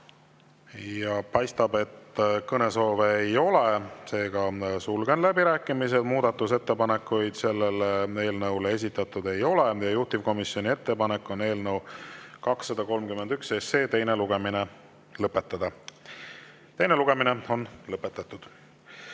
Paistab, et kõnesoove ei ole, sulgen läbirääkimised. Muudatusettepanekuid selle eelnõu kohta esitatud ei ole. Juhtivkomisjoni ettepanek on eelnõu 231 teine lugemine lõpetada. Teine lugemine on lõpetatud.